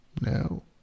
no